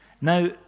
Now